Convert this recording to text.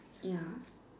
ya